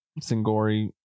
Singori